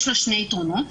יש לה שני יתרונות.